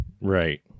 Right